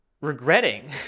regretting